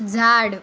झाड